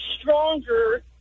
stronger